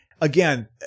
again